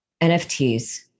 NFTs